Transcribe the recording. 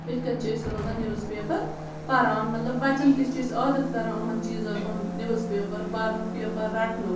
یِتھ کٔنۍ چھِ أسۍ روزان نِوٕز پیپر پَران مطلب بچن تہِ چھِ أسۍ عادتھ کَران یِمن چیٖز ہُنٛد نِوٕز پیپر پرنُک پیپر رٹنُک